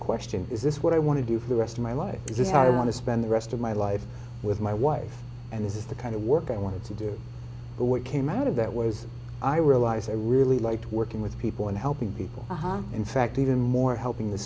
question is this what i want to do for the rest of my life is how to want to spend the rest of my life with my wife and this is the kind of work i wanted to do but what came out of that was i realized i really liked working with people and helping people in fact even more helping the